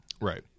Right